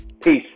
Peace